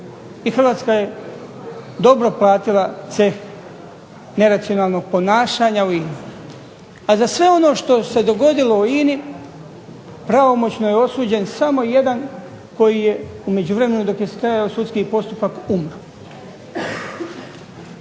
Hrvatska je dobro platila ceh neracionalnog ponašanja. A za sve ono što se dogodilo u INA-i pravomoćno je osuđen samo jedan koji je u međuvremenu dok je trajao sudski postupak umro.